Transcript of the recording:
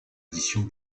éditions